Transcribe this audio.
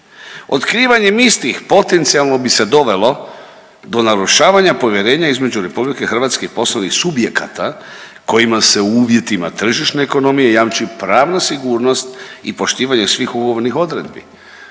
Otkrivanjem istih potencijalno bi se dovelo do narušavanje povjerenja između RH i poslovnih subjekata kojima se u uvjetima tržišne ekonomije jamči pravna sigurnost i poštivanje svih ugovornih odredbi.